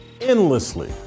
endlessly